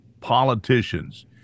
politicians